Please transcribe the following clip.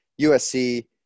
USC